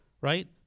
right